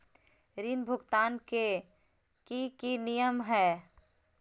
ऋण भुगतान के की की नियम है?